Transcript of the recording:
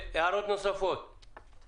שניתנה לפי סעיף 38, לא מסר מסמך לפי דרישת